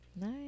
Nice